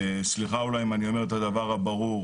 וסליחה אם אני אומר את הדבר הברור,